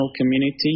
community